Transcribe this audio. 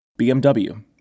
BMW